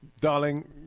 darling